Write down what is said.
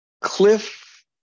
Cliff